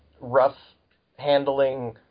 rough-handling